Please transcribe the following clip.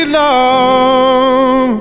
long